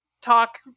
talk